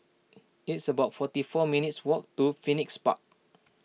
it's about forty four minutes' walk to Phoenix Park